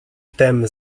tem